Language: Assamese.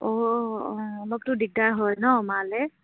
অ' অঁ অলপটো দিগদাৰ হয় ন মালে